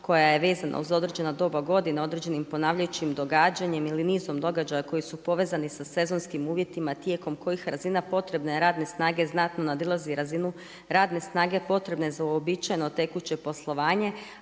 koja je vezano uz određeno doba godine određenim ponavljajućim događanjem ili nizom događaja koji su povezani sa sezonskim uvjetima tijekom kojih razina potrebne radne snage znatno nadilazi razinu radne snage potrebne za uobičajeno tekuće poslovanje,